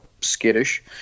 skittish